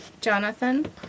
Jonathan